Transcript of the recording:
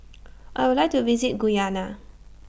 I Would like to visit Guyana